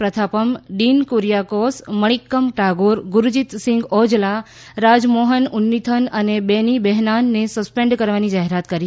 પ્રથાપમ ડીન કુરીયાકોસ મણિક્કમ ટાગોર ગુરજીતસિંધ ઓજલા રાજમોહન ઉન્નીથન અને બેની બેહનાનની સસ્પેન્ડ કરવાની જાહેરાત કરી હતી